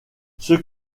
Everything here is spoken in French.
ceux